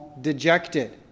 dejected